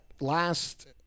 last